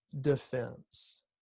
defense